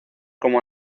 como